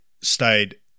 stayed